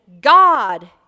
God